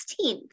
16th